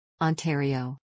Ontario